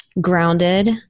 grounded